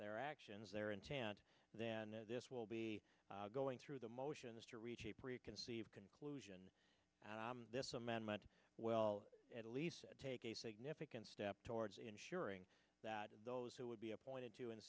their actions their intent then this will be going through the motions to reach a preconceived conclusion at this amendment well at least take a significant step towards ensuring that those who would be appointed to and